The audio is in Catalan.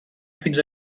fins